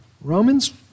Romans